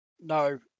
no